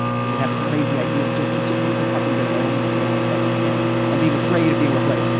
so we have this crazy idea. it's just it's just people fucking getting old and forgetting what it's like to be young and being afraid of being replaced